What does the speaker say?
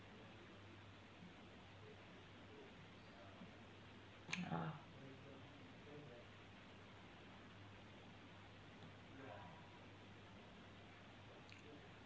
ah